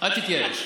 אל תתייאש.